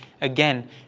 again